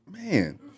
Man